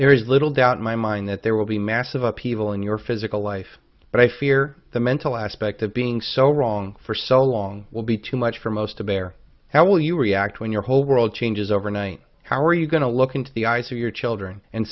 there is little doubt in my mind that there will be massive upheaval in your physical life but i fear the mental aspect of being so wrong for so long will be too much for most to bear how will you react when your whole world changes overnight how are you going to look into the eyes of your children and